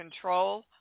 control